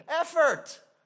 effort